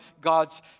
God's